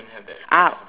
uh